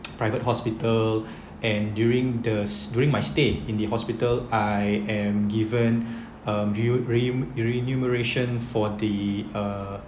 private hospital and during the s~ during my stay in the hospital I am given um view reu~ reum~ remu remuneration for the uh